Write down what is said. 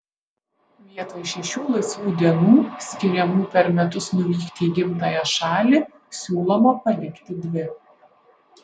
vietoj šešių laisvų dienų skiriamų per metus nuvykti į gimtąją šalį siūloma palikti dvi